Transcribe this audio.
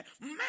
man